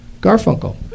Garfunkel